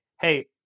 hey